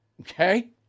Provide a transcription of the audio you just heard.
Okay